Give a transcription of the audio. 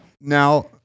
now